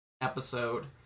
episode